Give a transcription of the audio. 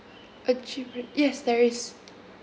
a cheap rate yes there is